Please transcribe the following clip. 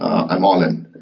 i'm all-in.